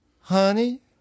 Honey